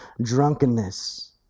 drunkenness